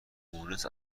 مونس